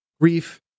grief